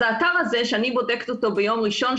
האתר הזה שאני בודקת אותו ביום ראשון,